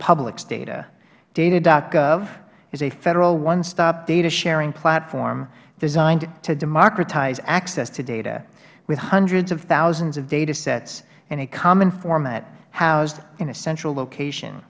publics data data gov is a federal one stop data sharing platform designed to democratize access to data with hundreds of thousands of datasets in a common format housed in a central location